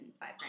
five